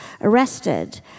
arrested